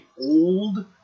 old